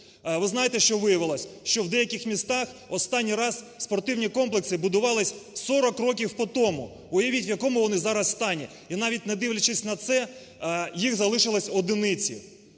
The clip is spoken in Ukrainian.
Ви знаєте що виявилося? Що в деяких містах останній раз спортивні комплекси будувалися 40 років потому, уявіть в якому вони зараз стані і навіть не дивлячись на це, їх залишилося одиниці.